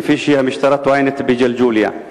כפי שהמשטרה טוענת בג'לג'וליה.